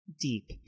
deep